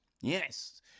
Yes